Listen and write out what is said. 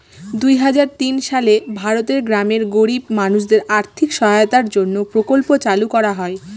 দুই হাজার তিন সালে ভারতের গ্রামের গরিব মানুষদের আর্থিক সহায়তার জন্য প্রকল্প চালু করা হয়